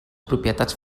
propietats